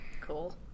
Cool